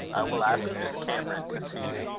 i will ask miss cameron to see ye.